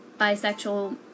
bisexual